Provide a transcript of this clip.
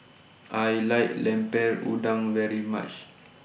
I like Lemper Udang very much